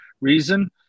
reason